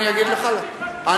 אני אגיד לך למה,